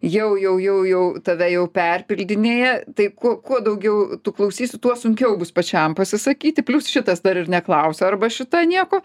jau jau jau jau tave jau perpildinėja tai ko kuo daugiau tu klausysi tuo sunkiau bus pačiam pasisakyti plius šitas dar ir neklausia arba šita nieko